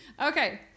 Okay